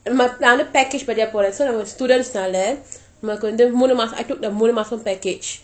நானும்:naanum package படியாக போலே:padiyaka polei so நம்ம:namma students னாலே நம்மளுக்கு மூனு மாசம்:naalei nammalukku moonu maasam I took the மூனு மாச:moonu maasa package